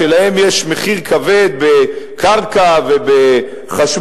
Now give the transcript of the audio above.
שלהם יש מחיר כבד בקרקע ובחשמל,